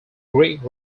greek